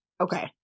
Okay